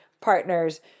partners